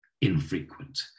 infrequent